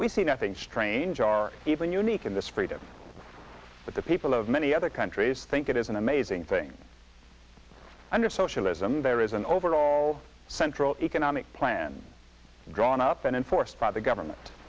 we see nothing strange are even unique in this freedom that the people of many other countries think it is an amazing thing under socialism there is an overall central economic plan drawn up and enforced by the government